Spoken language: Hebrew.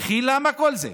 וכי למה כל זה?